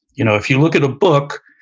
you know if you look at a book,